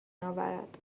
اورد